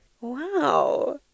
wow